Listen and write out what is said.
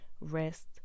rest